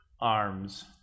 arms